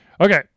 Okay